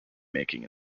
making